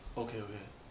okay okay